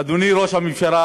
אדוני ראש הממשלה,